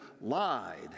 lied